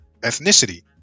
ethnicity